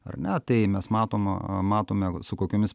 ar ne tai mes matom matome su kokiomis